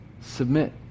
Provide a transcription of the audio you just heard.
submit